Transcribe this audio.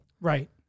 Right